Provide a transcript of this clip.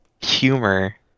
humor